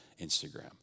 Instagram